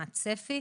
מה הצפי,